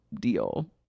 deal